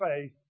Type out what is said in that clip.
faith